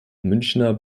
münchner